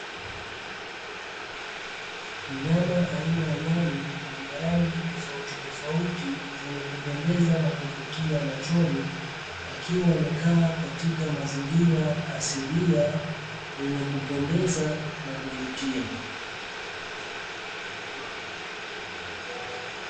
Mnyama aina ya nyani mwenye rangi tofautitofauti zenye kupendeza na kuvutia machoni, akiwa amekaa katika mazingira asilia yenye kupendeza na kuvutia.